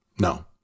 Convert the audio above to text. No